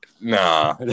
nah